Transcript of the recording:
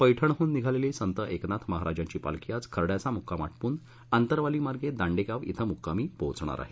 पैठणहन निघालेली संत एकनाथ महाराजांची पालखी आज खर्ड्याचा मुक्काम आटोपून आंतरवालीमार्गे दांडेगाव अं मुक्कामी पोहोचणार आहे